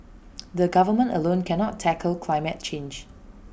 the government alone cannot tackle climate change